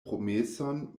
promeson